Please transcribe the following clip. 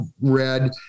read